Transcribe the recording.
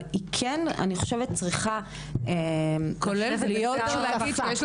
אבל היא צריכה להיות שותפה להובלת מהלך של הגדלת המקלטים והתוכניות.